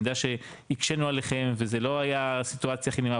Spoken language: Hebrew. אני יודע שהקשנו עליכם וזה לא היה סיטואציה הכי נעימה,